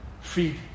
feed